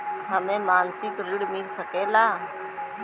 हमके मासिक ऋण मिल सकेला?